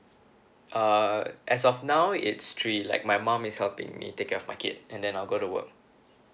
uh as of now it's three like my mum is helping me take care of my kid and then I'll go to work